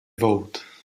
vote